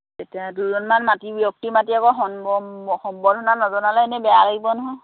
এতিয়া দুজনমান মাতি ব্যক্তি মাতি আকৌ সম্বৰ্ধনা নজনালে এনেই বেয়া লাগিব নহয়